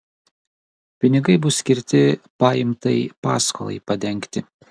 pinigai bus skirti paimtai paskolai padengti